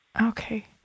Okay